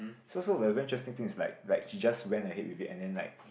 so so the very interesting things is like like he just went ahead with it and then like